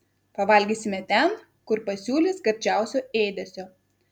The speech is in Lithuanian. pavalgysime ten kur pasiūlys gardžiausio ėdesio